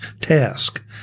task